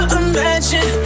imagine